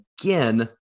again